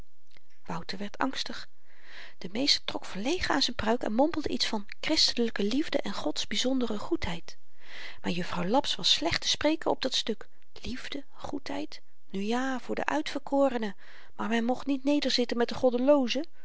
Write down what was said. wouter werd angstig de meester trok verlegen aan z'n pruik en mompelde iets van christelyke liefde en gods byzondere goedheid maar juffrouw laps was slecht te spreken op dat stuk liefde goedheid nu ja voor de uitverkorenen maar men mocht niet nederzitten met de